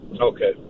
okay